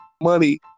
money